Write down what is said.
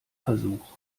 versuch